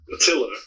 Attila